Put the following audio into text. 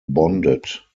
bonded